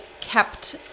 kept